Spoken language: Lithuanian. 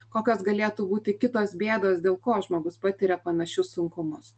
kokios galėtų būti kitos bėdos dėl ko žmogus patiria panašius sunkumus